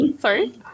sorry